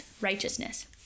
righteousness